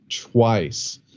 twice